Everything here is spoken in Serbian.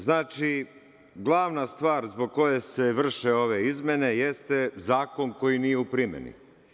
Znači, glavna stvar zbog koje se vrše ove izmene jeste zakon koji nije u primeni.